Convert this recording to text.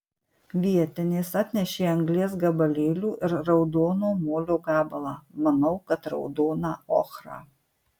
vietinės atnešė anglies gabalėlių ir raudono molio gabalą manau kad raudoną ochrą